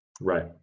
Right